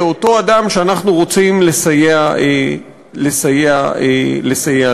לאותו אדם שאנחנו רוצים לסייע לו?